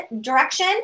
direction